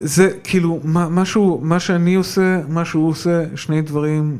זה כאילו, מה משהו, מה שאני עושה, מה שהוא עושה, שני דברים.